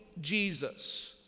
Jesus